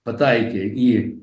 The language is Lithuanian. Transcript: pataikė į